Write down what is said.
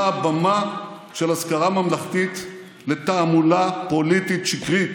הבמה של אזכרה ממלכתית לתעמולה פוליטית שקרית,